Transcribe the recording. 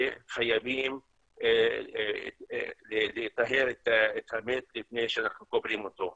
שחייבים לטהר את המת לפני שאנחנו קוברים אותו.